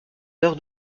heures